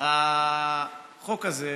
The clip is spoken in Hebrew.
החוק הזה,